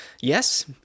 Yes